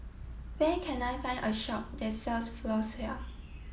where can I find a shop that sells Floxia